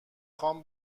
خوام